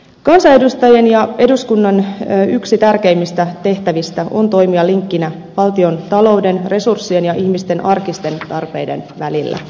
kansanedustajien ja eduskunnan yksi tärkeimmistä tehtävistä on toimia linkkinä valtiontalouden resurssien ja ihmisten arkisten tarpeiden välillä